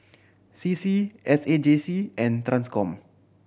C C S A J C and Transcom